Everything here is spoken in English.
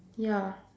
ya